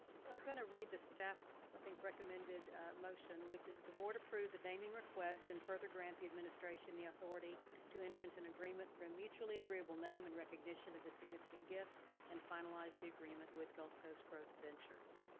so i'm gonna read the staff, i think, recommended motion, which is that the board approve the naming request and further grant the administration the authority to enter into an agreement for a mutually agreeable name in recognition of the significant gift and finalize the agreement with gulf coast growth ventures.